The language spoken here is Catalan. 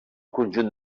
conjunt